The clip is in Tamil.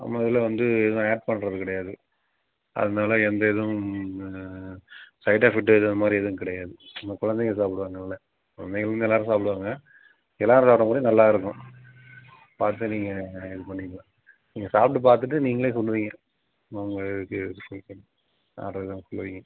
நம்மதில் வந்து எதுவும் ஆட் பண்ணுறது கிடையாது அதனால் எந்த எதுவும் சைட் எஃபெக்ட்டு இது மாதிரி எதுவும் கிடையாது நம் குழந்தைங்க சாப்பிடுவாங்கல்ல குழந்தைங்க வந்து எல்லாரும் சாப்பிடுவாங்க எல்லோரும் சாப்பிடறங்கூடி நல்லாயிருக்கும் பார்த்து நீங்கள் இது பண்ணிக்கலாம் நீங்கள் சாப்பிட்டு பார்த்துட்டு நீங்களே சொல்லுவீங்க உங்கள் இதுக்கு ஆர்ட்ரு எதுவும் சொல்லுவீங்க